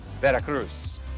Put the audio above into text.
Veracruz